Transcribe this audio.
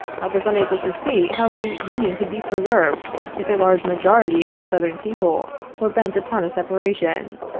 i was unable to see how the union could be preserved if a large majority of the southern people were bent upon a separation,